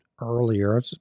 earlier